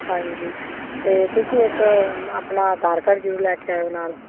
ਹਾਂਜੀ ਅਤੇ ਤੁਸੀਂ ਇੱਕ ਆਪਣਾ ਆਧਾਰ ਕਾਰਡ ਜ਼ਰੂਰ ਲੈ ਕੇ ਆਇਓ ਨਾਲ